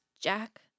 Jack